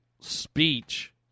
speech